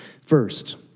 First